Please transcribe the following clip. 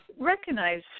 recognize